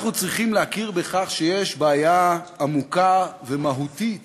אנחנו צריכים להכיר בכך שיש בעיה עמוקה ומהותית